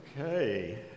Okay